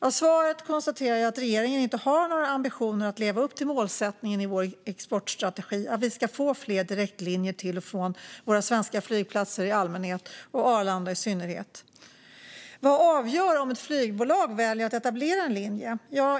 Av svaret konstaterar jag att regeringen inte har några ambitioner att leva upp till målsättningen i vår exportstrategi om att vi ska få fler direktlinjer till och från våra svenska flygplatser i allmänhet och Arlanda i synnerhet. Vad avgör om ett flygbolag väljer att etablera en linje?